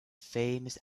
famous